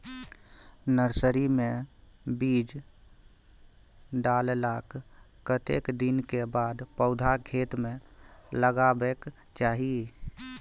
Nursery मे बीज डाललाक कतेक दिन के बाद पौधा खेत मे लगाबैक चाही?